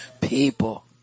People